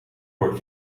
wordt